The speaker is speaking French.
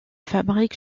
fabrique